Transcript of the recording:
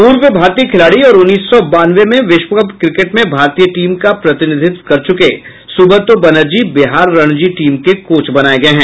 पूर्व भारतीय खिलाड़ी और उन्नीस सौ बानवे में विश्व कप क्रिकेट में भारतीय टीम का प्रतिनिधित्व कर चुके सुब्रतो बनर्जी बिहार रणजी टीम के कोच बनाये गये हैं